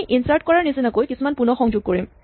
আমি ইনচাৰ্ট কৰাৰ নিচিনাকৈয়ে কিছুমান পুণঃসংযোগ কৰিম